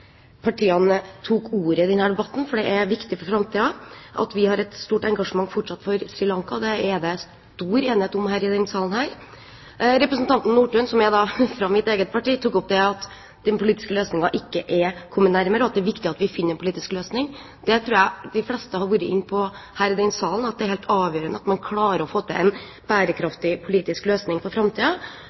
partiene tok ordet i denne debatten, for det er viktig for framtiden at vi fortsatt har et stort engasjement for Sri Lanka. Det er det stor enighet om i denne salen. Representanten Nordtun, fra mitt eget parti, tok opp det at den politiske løsningen ikke er kommet nærmere, og at det er viktig at vi finner en politisk løsning. Jeg tror de fleste i denne salen har vært inne på at det er helt avgjørende at man klarer å få til en bærekraftig politisk løsning for